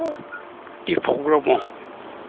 Deepak Brahma